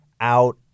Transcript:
out